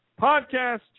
podcast